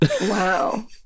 Wow